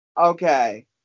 Okay